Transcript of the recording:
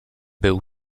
był